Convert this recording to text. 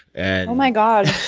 and oh, my god.